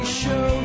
show